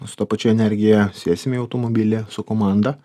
su ta pačia energija sėsim į automobilį su komanda